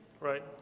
Right